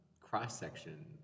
cross-section